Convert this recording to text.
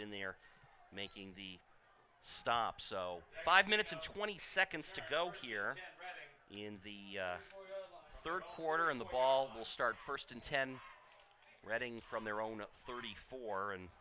in the air making the stop so five minutes and twenty seconds to go here in the third quarter and the ball will start first and ten reading from their own thirty four and